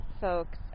folks